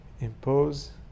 impose